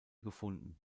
gefunden